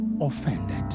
offended